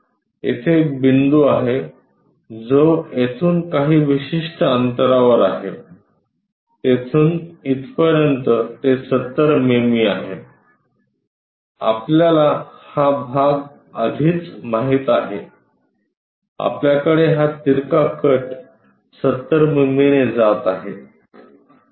येथे एक बिंदू आहे जो येथून काही विशिष्ट अंतरावर आहे येथून तिथपर्यंत ते 70 मिमी आहे आपल्याला हा भाग आधीच माहित आहे आपल्याकडे हा तिरका कट 70 मिमीने जात आहे